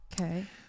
Okay